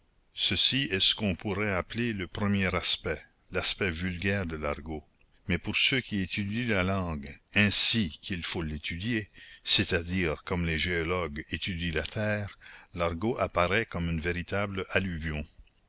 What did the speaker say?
ceci est ce qu'on pourrait appeler le premier aspect l'aspect vulgaire de l'argot mais pour ceux qui étudient la langue ainsi qu'il faut l'étudier c'est-à-dire comme les géologues étudient la terre l'argot apparaît comme une véritable alluvion